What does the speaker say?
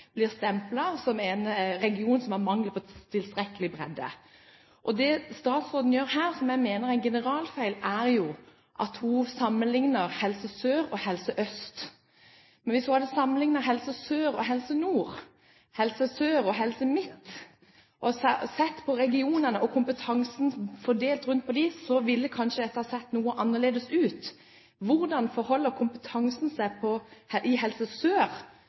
blir stemplet som en region som har mangel på tilstrekkelig bredde. Det statsråden gjør her, og som mener jeg er en generalfeil, er å sammenligne Helse Sør og Helse Øst. Men hvis hun hadde sammenlignet Helse Sør og Helse Nord, Helse Sør og Helse Midt og sett på regionene og kompetansen fordelt rundt på disse, så ville dette kanskje sett noe annerledes ut. Hvordan forholder kompetansen seg i region Sør